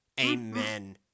Amen